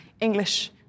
English